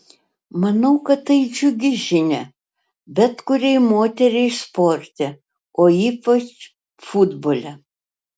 manau kad tai džiugi žinia bet kuriai moteriai sporte o ypač futbole